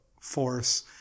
force